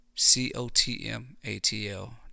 c-o-t-m-a-t-l